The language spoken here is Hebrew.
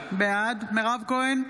בעד מירב כהן,